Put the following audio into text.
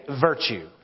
virtue